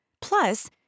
Plus